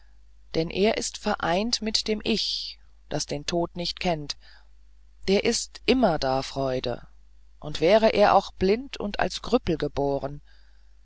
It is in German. denn er ist vereint mit dem ich das den tod nicht kennt der ist immerdar freude und wäre er auch blind und als krüppel geboren